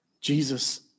Jesus